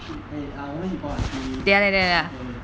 three eh ah 我们一起 pause lah three okay okay okay